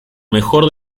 mejor